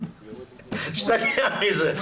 אני משתגע מזה.